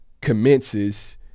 commences